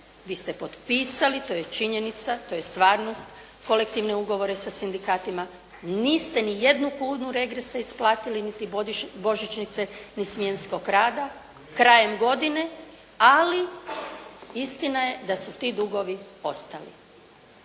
Vi ste potpisali, to je činjenica, to je stvarnost, kolektivne ugovore sa sindikatima. Niste niti jednu kunu regresa isplatiti, niti božičnice, ni smjenskog rada krajem godine, ali istina je da su ti dugovi ostali